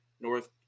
North